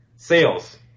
Sales